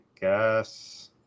guess